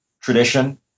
tradition